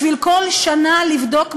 בשביל כל שנה לבדוק מחדש,